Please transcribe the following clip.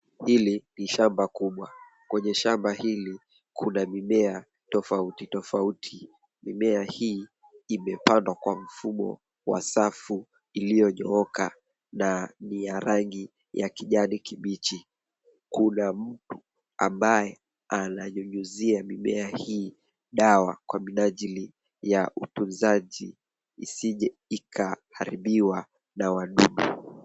Hili ni shamba kubwa. Kwenye shamba hili kuna mimea tofauti tofauti. Mimea hii imepandwa kwa mfumo wa safu iliyonyooka na ni ya rangi ya kijani kibichi. Kuna mtu ambaye ananyunyizia mimea hii dawa kwa minajili ya utunzaji isije ikaharibiwa na wadudu.